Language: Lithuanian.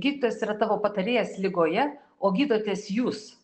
gydytojas yra tavo patarėjas ligoje o gydotės jūs